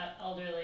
elderly